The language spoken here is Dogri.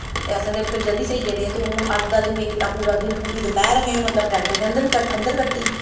बैसे ते जल्दी सेई गेदे हे ते अद्धा दिन केह् कीता पूरा दिन दपैह्र असें मतलव टैंट दे अन्दर कट्टी